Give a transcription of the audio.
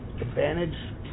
Advantage